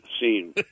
scene